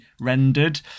rendered